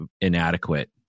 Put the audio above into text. inadequate